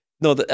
no